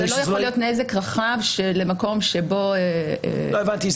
זה לא יכול להיות נזק רחב למקום שבו --- לא הבנתי.